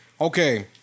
Okay